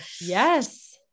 yes